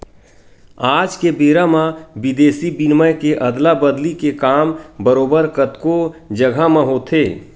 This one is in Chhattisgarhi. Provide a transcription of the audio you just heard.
आज के बेरा म बिदेसी बिनिमय के अदला बदली के काम बरोबर कतको जघा म होथे